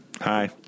Hi